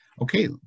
Okay